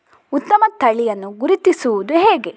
ಉತ್ತಮ ತಳಿಯನ್ನು ಗುರುತಿಸುವುದು ಹೇಗೆ?